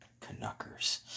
Canuckers